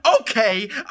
Okay